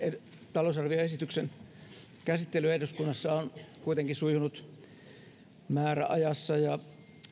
talousarvioesityksen käsittely eduskunnassa on kuitenkin sujunut määräajassa ja